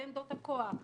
בעמדות הכוח,